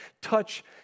touch